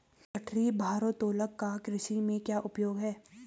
गठरी भारोत्तोलक का कृषि में क्या उपयोग है?